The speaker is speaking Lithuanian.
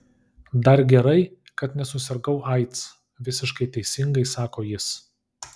dar gerai kad nesusirgau aids visiškai teisingai sako jis